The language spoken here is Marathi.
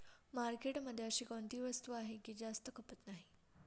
मार्केटमध्ये अशी कोणती वस्तू आहे की जास्त खपत नाही?